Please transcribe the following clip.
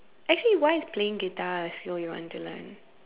actually why is playing guitar a skill you want to learn